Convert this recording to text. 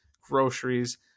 groceries